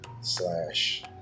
slash